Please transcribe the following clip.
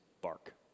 bark